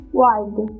wide